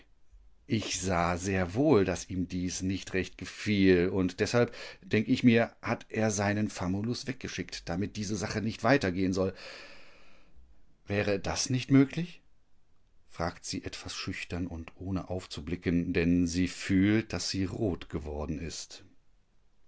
ich sah sehr wohl daß ihm dies nicht recht gefiel und deshalb denk ich mir hat er seinen famulus weggeschickt damit diese sache nicht weiter gehen soll wäre das nicht möglich fragt sie etwas schüchtern und ohne aufzublicken denn sie fühlt daß sie rot geworden ist